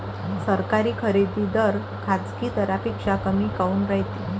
सरकारी खरेदी दर खाजगी दरापेक्षा कमी काऊन रायते?